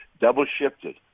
double-shifted